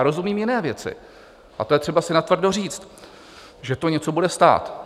Rozumím jiné věci a to je třeba si natvrdo říct, že to něco bude stát.